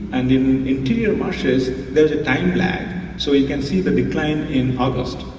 and in interior marshes, there's a time lag, so you can see the decline in august,